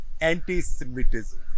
anti-semitism